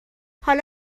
حالا